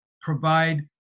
provide